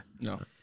No